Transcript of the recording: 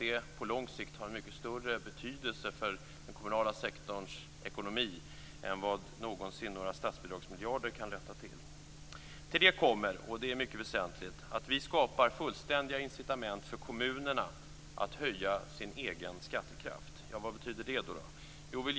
Det har på lång sikt större betydelse för den kommunala sektorns ekonomi än vad någonsin några statsbidragsmiljarder kommer att rätta till. Vi skapar fullständiga incitament för kommunerna att höja sin egen skattekraft. Vad betyder det?